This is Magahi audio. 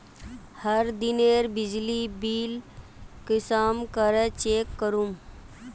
हर दिनेर बिजली बिल कुंसम करे चेक करूम?